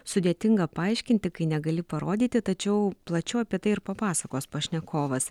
sudėtinga paaiškinti kai negali parodyti tačiau plačiau apie tai ir papasakos pašnekovas